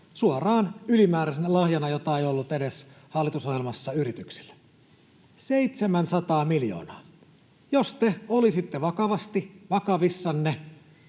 suoraan ylimääräisenä lahjana, jota ei ollut edes hallitusohjelmassa, yrityksille. 700 miljoonaa. Jos te olisitte vakavasti,